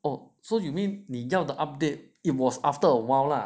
oh so you mean 你要的 update it was after awhile lah